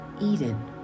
Eden